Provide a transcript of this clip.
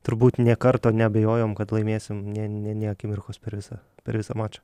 turbūt nė karto neabejojom kad laimėsim nė nė nė akimirkos per visą per visą mačą